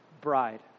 bride